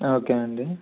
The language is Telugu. ఓకే అండి